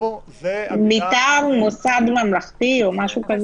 "מטעם מוסד ממלכתי" או משהו כזה.